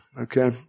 Okay